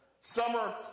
summer